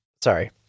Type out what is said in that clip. sorry